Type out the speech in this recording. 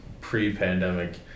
pre-pandemic